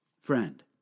Friend